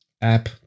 App